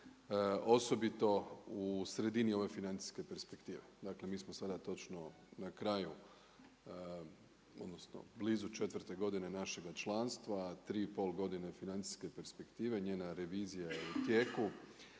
osobito u sredini ove financijske perspektive. Dakle mi smo sada točno na kraju odnosno blizu četvrte godine našega članstva, a tri i pol godine financijske perspektive, njena revizija je u tijeku.